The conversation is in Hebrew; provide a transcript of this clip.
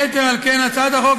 יתר על כן, הצעת החוק